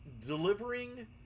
delivering